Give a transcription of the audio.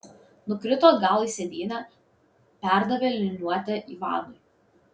nukrito atgal į sėdynę perdavė liniuotę ivanui